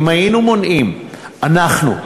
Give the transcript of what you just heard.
אם היינו מונעים אנחנו,